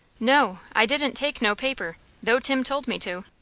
no, i didn't take no paper, though tim told me to.